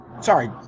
sorry